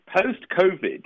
post-COVID